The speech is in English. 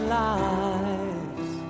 lives